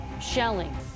shelling